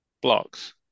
blocks